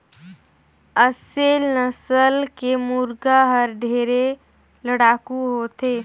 असेल नसल के मुरगा हर ढेरे लड़ाकू होथे